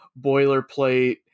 boilerplate